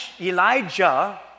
Elijah